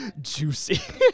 Juicy